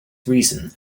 reason